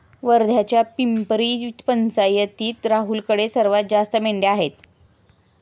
वर्ध्याच्या पिपरी पंचायतीत राहुलकडे सर्वात जास्त मेंढ्या आहेत